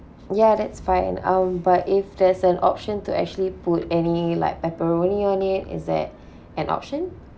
ya that's fine um but if there's an option to actually put any like pepperoni on it is that an option